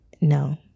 No